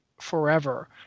forever